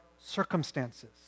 circumstances